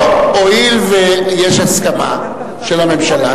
הואיל ויש הסכמה של הממשלה,